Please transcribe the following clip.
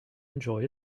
enjoy